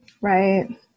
Right